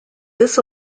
this